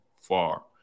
far